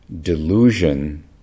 delusion